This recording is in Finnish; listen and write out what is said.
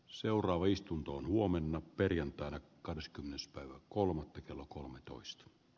seuraava istunto on huomenna perjantaina kahdeskymmenes päivä kolmatta kello kolmetoista d